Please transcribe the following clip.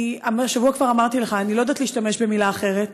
השבוע כבר אמרתי לך: אני לא יודעת להשתמש במילה אחרת,